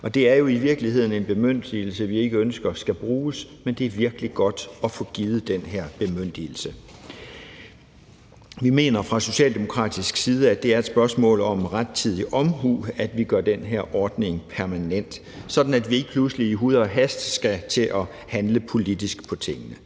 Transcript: Det er jo i virkeligheden en bemyndigelse, vi ikke ønsker skal bruges, men det er virkelig godt at få givet den her bemyndigelse. Vi mener fra socialdemokratisk side, at det er et spørgsmål om rettidig omhu, at vi gør den her ordning permanent, sådan at vi ikke pludselig i huj og hast skal til at handle politisk på tingene.